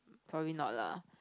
probably not lah